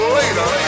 later